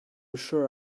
sure